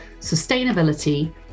sustainability